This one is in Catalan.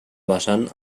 vessant